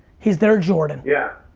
he's their jordan. yeah.